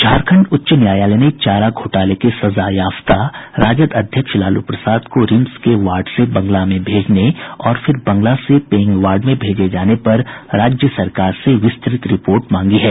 झारखण्ड उच्च न्यायालय ने चारा घोटाले के सजायाफ्ता राजद अध्यक्ष लालू प्रसाद को रिम्स के वार्ड से बंगला में भेजने और फिर बंगला से पेईंग वार्ड में भेजे जाने पर राज्य सरकार से विस्तृत रिपोर्ट मांगी है